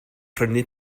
prynu